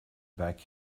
back